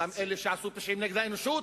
אותם אלה שעשו פשעים נגד האנושות,